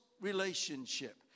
relationship